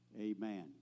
Amen